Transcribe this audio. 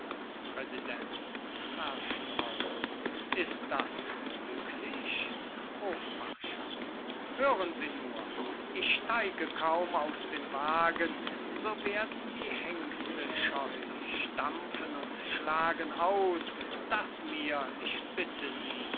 präsident zerstreut ist das möglich hofmarschall hören sie nur ich steige kaum aus dem wagen so werden die hengste scheu stampfen und schlagen aus daß mir ich bitte sie